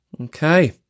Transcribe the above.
Okay